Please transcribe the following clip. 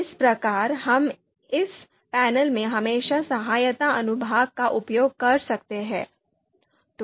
इस प्रकार हम इस पैनल में हमेशा सहायता अनुभाग का उपयोग कर सकते हैं